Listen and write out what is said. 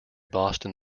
boston